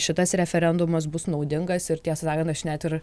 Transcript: šitas referendumas bus naudingas ir tiesą sakant aš net ir